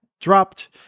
dropped